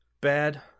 bad